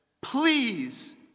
Please